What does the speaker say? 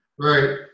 Right